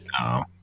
No